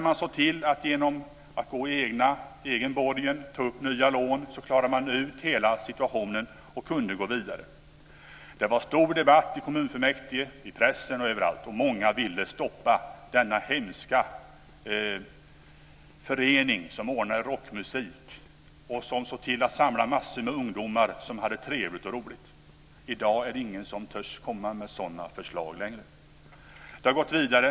Men genom att själv gå i borgen och ta upp nya lån klarade man av hela situationen och kunde gå vidare. Det var stor debatt i kommunfullmäktige, i pressen och överallt, och många vill stoppa denna hemska förening som ordnade med rockmusik och som såg till att samla massor med ungdomar som hade trevligt och roligt. I dag är det ingen som törs komma med sådana förslag. Det har gått vidare.